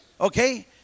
okay